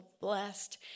blessed